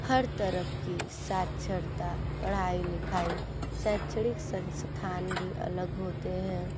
हर तरफ की साक्षरता पढ़ाई लिखाई शैक्षणिक संस्थान भी अलग होते हैं